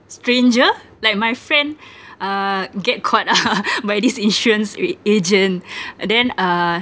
stranger like my friend uh get caught ah by this insurance a~ agent then uh